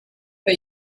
but